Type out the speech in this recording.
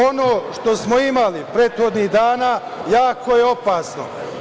Ono što smo imali prethodnih dana jako je opasno.